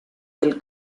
del